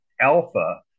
alpha